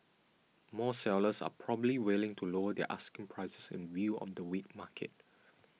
more sellers are probably willing to lower their asking prices in view of the weak market